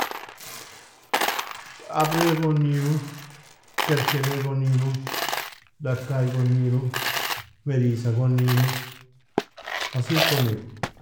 Abrigon niron, kerkedaigon niron, dakaigon niron, merisagon niron, asirkon niro.